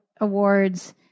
awards